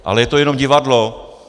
Ale je to jenom divadlo.